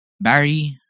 Barry